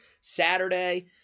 Saturday